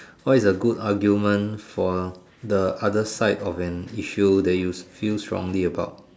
what is the good argument for the other side of an issue that you feel strongly about